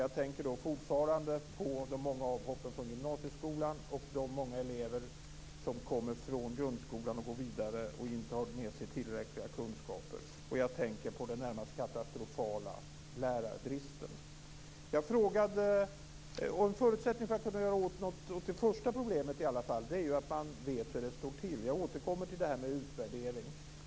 Jag tänker fortfarande på de många avhoppen från gymnasieskolan samt de många elever som kommer från grundskolan och går vidare och inte har med sig tillräckliga kunskaper. Jag tänker också på den närmast katastrofala lärarbristen. En förutsättning för att kunna göra något åt det första problemet är att veta hur det står till. Jag återkommer till det här med utvärdering.